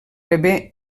rebé